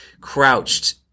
crouched